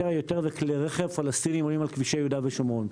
יותר ויותר כלי רכב פלסטיניים עולים על כבישי יהודה ושומרון.